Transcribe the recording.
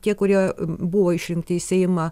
tie kurie buvo išrinkti į seimą